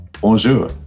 bonjour